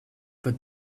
but